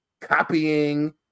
copying